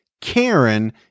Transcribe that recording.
Karen